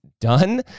done